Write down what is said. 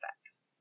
effects